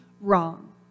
wrong